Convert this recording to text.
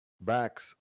backs